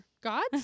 God's